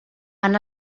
han